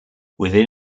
within